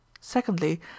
secondly